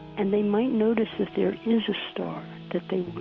and they might notice that there is a star that they